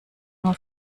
nur